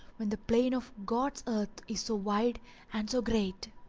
when the plain of god's earth is so wide and so great!